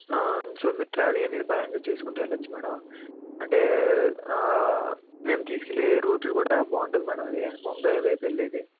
so మీరు travelling అనేది బాగా చూసుకుంటూ వెళ్ళవచ్చు మేడం అంటే మేం తీసుకెళ్ళే రూట్లు కూడా బాగుంటుంది మేడం అది ముంబై వైపు వెళ్ళేది